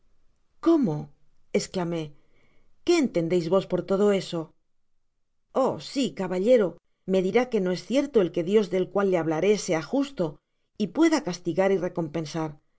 cómo csclamé qué entendéis vos por todo eso oh si caballero medirá que no es cierto que el dios del cual le hablaré sea justo y pueda castigar y recompensar